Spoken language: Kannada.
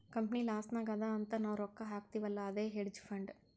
ಕಂಪನಿ ಲಾಸ್ ನಾಗ್ ಅದಾ ಅಂತ್ ನಾವ್ ರೊಕ್ಕಾ ಹಾಕ್ತಿವ್ ಅಲ್ಲಾ ಅದೇ ಹೇಡ್ಜ್ ಫಂಡ್